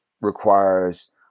requires